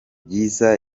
byiza